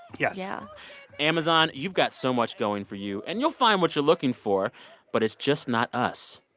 yes yeah amazon, you've got so much going for you. and you'll find what you're looking for but it's just not us.